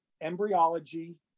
embryology